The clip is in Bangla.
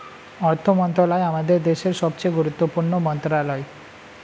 অর্থ মন্ত্রণালয় আমাদের দেশের সবচেয়ে গুরুত্বপূর্ণ মন্ত্রণালয়